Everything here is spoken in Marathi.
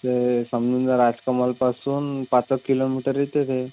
ते समजुनजा राजकमलपासून पाचेक किलोमीटर येतं ते